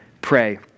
pray